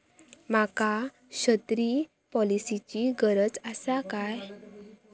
माका छत्री पॉलिसिची गरज आसा काय?